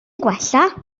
gwella